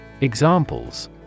Examples